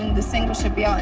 the single should be out